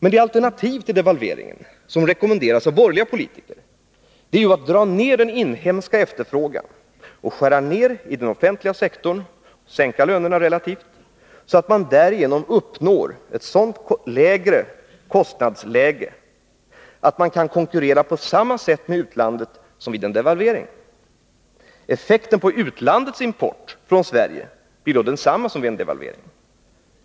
Det alternativ till devalveringen som rekommenderats av borgerliga politiker är att dra ned den inhemska efterfrågan, skära ned i den offentliga sektorn och sänka lönerna, så att man därigenom uppnår ett sådant lägre kostnadsläge att man kan konkurrera på samma sätt med utlandet som vid en devalvering. Effekten på utlandets import från Sverige blir då densamma som vid en devalvering.